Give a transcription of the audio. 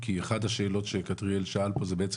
כי אחת השאלות שכתריאל שאל פה זה שבעצם